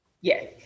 Yes